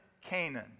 Canaan